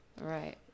Right